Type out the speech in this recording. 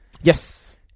Yes